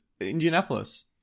Indianapolis